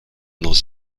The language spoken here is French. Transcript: dans